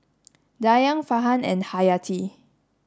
Dayang Farhan and Hayati